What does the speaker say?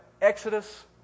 Exodus